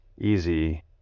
easy